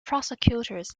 prosecutors